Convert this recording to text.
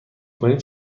کنی